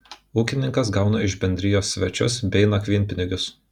ūkininkas gauna iš bendrijos svečius bei nakvynpinigius